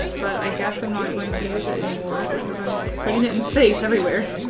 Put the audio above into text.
but i guess i'm not going to use it anymore because i'm putting it in space everywhere.